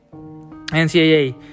NCAA